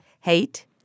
Hate